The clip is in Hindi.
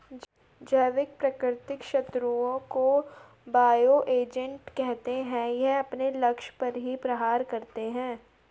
जैविक प्राकृतिक शत्रुओं को बायो एजेंट कहते है ये अपने लक्ष्य पर ही प्रहार करते है